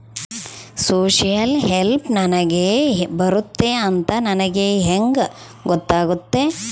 Social help ನನಗೆ ಬರುತ್ತೆ ಅಂತ ನನಗೆ ಹೆಂಗ ಗೊತ್ತಾಗುತ್ತೆ?